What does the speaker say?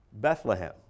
Bethlehem